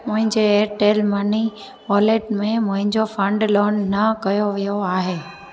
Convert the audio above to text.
मुंहिंजे Airtel money wallet में मुंहिंजो फंड लोड न कयो वियो आहे